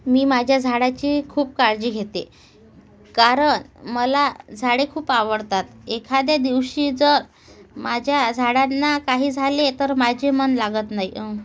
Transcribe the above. मी माझ्या झाडाची खूप काळजी घेते कारण मला झाडे खूप आवडतात एखाद्या दिवशी जर माझ्या झाडांना काही झाले तर माझे मन लागत नाही